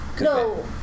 No